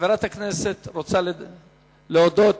חברת הכנסת, רוצה להודות?